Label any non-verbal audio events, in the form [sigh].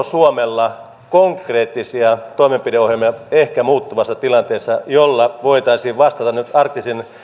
[unintelligible] suomella konkreettisia toimenpideohjelmia ehkä muuttuvassa tilanteessa joilla voitaisiin vastata nyt arktisen